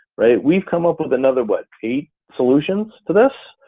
we've come up with another what, eight solutions to this